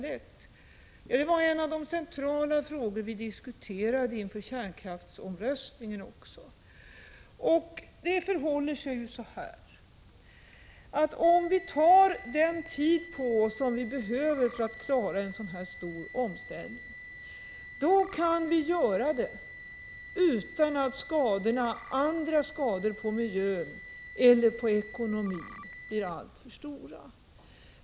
Detta var en av de centrala frågor som vi också diskuterade inför kärnkraftsomröstningen. Om vi tar den tid på oss som vi behöver för att klara en sådan här stor omställning, kan vi genomföra den utan att andra skador på miljön eller skadorna på ekonomin blir alltför stora.